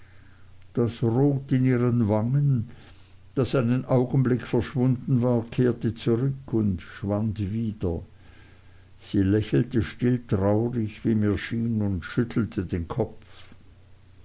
das rot in ihren wangen das einen augenblick verschwunden war kehrte zurück und schwand wieder sie lächelte stilltraurig wie mir schien und schüttelte den kopf